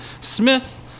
Smith